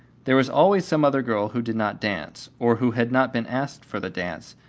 there was always some other girl who did not dance, or who had not been asked for the dance,